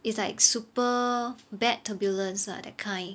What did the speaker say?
it's like super bad turbulence lah that kind